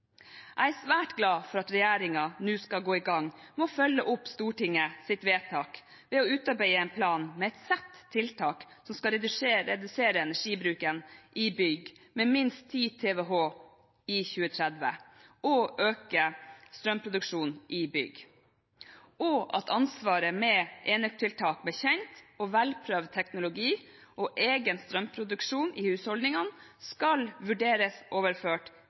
Jeg er svært glad for at regjeringen nå skal gå i gang med å følge opp Stortingets vedtak ved å utarbeide en plan med et sett med tiltak som skal redusere energibruken i bygg med minst 10 TWh i 2030 og øke strømproduksjonen i bygg, og at ansvaret med enøktiltak med kjent og velprøvd teknologi og egen strømproduksjon i husholdningene skal vurderes overført